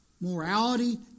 morality